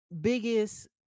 biggest